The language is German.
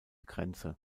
grenze